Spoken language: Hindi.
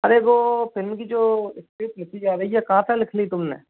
अरे वो फिल्म की जो इस्क्रिप्ट लिखी जा रही है कहाँ तक लिख ली तुम ने